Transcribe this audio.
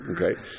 Okay